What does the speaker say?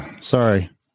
Sorry